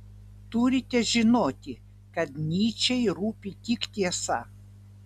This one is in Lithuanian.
turite žinoti kad nyčei rūpi tik tiesa